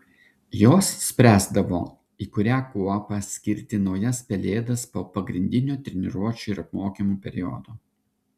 jos spręsdavo į kurią kuopą skirti naujas pelėdas po pagrindinio treniruočių ir apmokymų periodo